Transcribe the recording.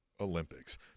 olympics